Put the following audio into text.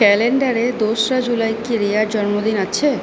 ক্যালেণ্ডারে দোসরা জুলাই কি রিয়ার জন্মদিন আছে